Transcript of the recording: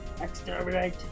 Exterminate